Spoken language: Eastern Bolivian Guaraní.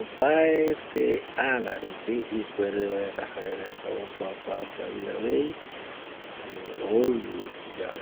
opaete arape ipuere vaera okuakua reta ou yave.